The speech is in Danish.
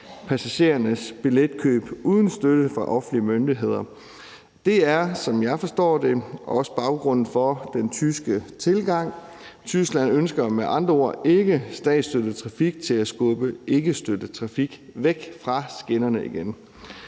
passagerernes billetkøb uden støtte fra offentlige myndigheder. Det er, som jeg forstår det, også baggrunden for den tyske tilgang. Tyskland ønsker med andre ord ikke statsstøttet trafik til at skubbe ikkestøttet trafik væk fra skinnerne igen.